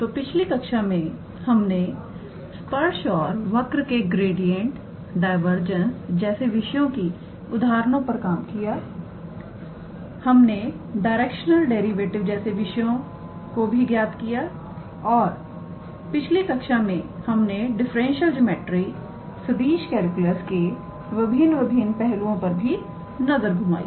तो पिछली कक्षा मैं हमने स्पर्श और वक्र के ग्रेडियंट डायवर्जेंस जैसे विषयों की उदाहरण पर काम किया हमने डायरेक्शनल डेरिवेटिवजैसी चीजों को भी ज्ञात किया और पिछले कक्षा में हमने डिफरेंशियल ज्योमेट्री सदिश कैलकुलस के विभिन्न पहलुओं पर भी नजर घुमाई